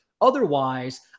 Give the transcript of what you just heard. Otherwise